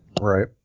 Right